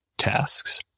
tasks